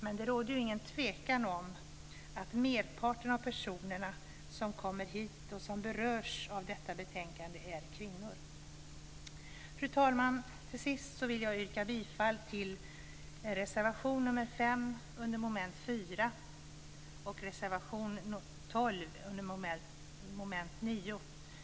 Men det råder ingen tvekan om att merparten av de personer som kommer hit och som berörs av detta betänkande är kvinnor. Fru talman! Till sist vill jag yrka bifall till reservation nr 5 under mom. 4 och reservation 12 under mom. 9.